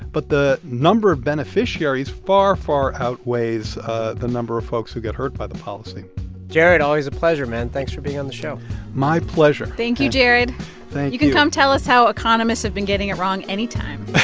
but the number of beneficiaries far, far outweighs ah the number of folks who get hurt by the policy jared, always a pleasure, man. thanks for being on the show my pleasure thank you, jared thank you you can come tell us how economists have been getting it wrong anytime